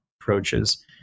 approaches